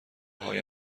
های